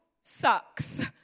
sucks